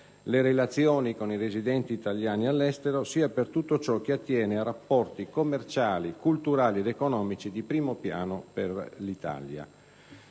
le relazioni con i residenti italiani all'estero, sia per tutto ciò che attiene a rapporti commerciali, culturali ed economici di primo piano per l'Italia.